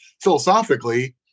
philosophically